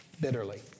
bitterly